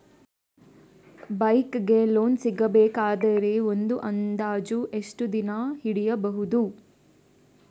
Bike ಗೆ loan ಸಿಗಬೇಕಾದರೆ ಒಂದು ಅಂದಾಜು ಎಷ್ಟು ದಿನ ಹಿಡಿಯಬಹುದು?